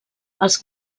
als